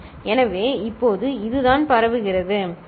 எனவே இப்போது இதுதான் பரவுகிறது சரி